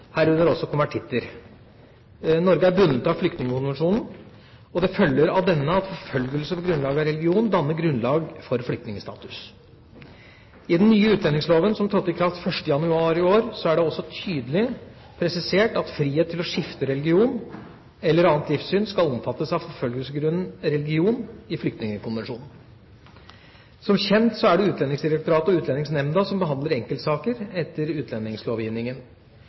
herunder også konvertitter. Norge er bundet av Flyktningkonvensjonen, og det følger av denne at forfølgelse på grunnlag av religion danner grunnlag for flyktningstatus. I den nye utlendingsloven, som trådte i kraft 1. januar i år, er det også tydelig presisert at frihet til å skifte religion eller annet livssyn skal omfattes av forfølgelsesgrunnen «religion» i Flyktningkonvensjonen. Som kjent er det Utlendingsdirektoratet og Utlendingsnemnda som behandler enkeltsaker etter utlendingslovgivningen.